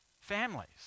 families